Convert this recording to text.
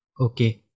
okay